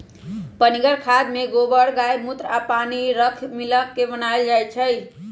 पनीगर खाद में गोबर गायमुत्र आ पानी राख मिला क बनाएल जाइ छइ